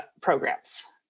programs